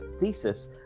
thesis